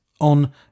on